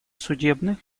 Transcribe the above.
судебных